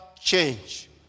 change